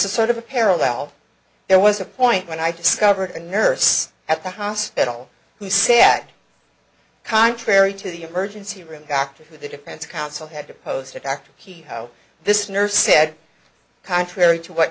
is sort of a parallel there was a point when i discovered a nurse at the hospital who sat contrary to the emergency room doctor who the defense counsel had to pose to after he how this nurse said contrary to what